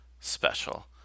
special